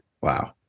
Wow